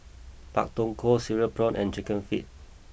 Pak Thong Ko Cereal Prawns and Chicken Feet